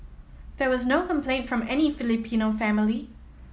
there was no complaint from any Filipino family